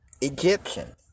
Egyptians